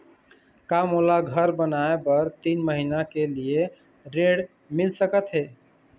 का मोला घर बनाए बर तीन महीना के लिए ऋण मिल सकत हे?